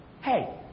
Hey